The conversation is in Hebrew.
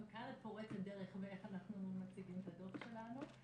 גם כאן את פורצת דרך באיך אנחנו מציגים את הדוח שלנו.